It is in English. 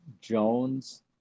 Jones